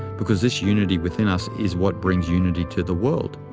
because this unity within us is what brings unity to the world.